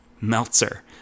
Meltzer